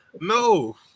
No